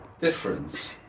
difference